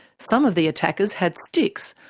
some of the attackers had sticks,